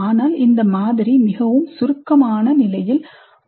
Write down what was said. ஆனால் இந்த மாதிரி மிகவும் சுருக்கமான நிலையில் உள்ளது